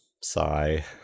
sigh